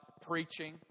preaching